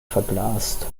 verglast